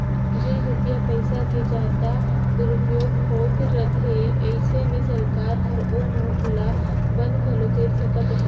जेन रूपिया पइसा के जादा दुरूपयोग होत रिथे अइसे में सरकार हर ओ नोट ल बंद घलो कइर सकत अहे